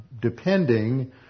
depending